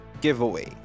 Giveaway